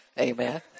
Amen